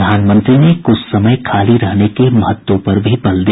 प्रधानमंत्री ने कुछ समय खाली रहने के महत्व पर भी बल दिया